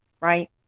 right